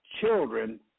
children